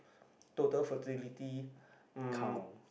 total fertility um